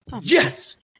Yes